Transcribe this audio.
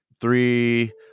three